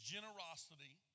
Generosity